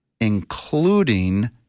including